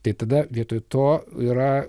tai tada vietoj to yra